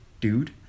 dude